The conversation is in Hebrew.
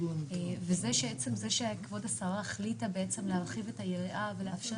בעצם זה שכבוד השרה החליטה להרחיב את היריעה ולאפשר